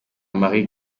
marie